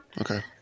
Okay